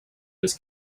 was